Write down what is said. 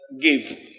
Give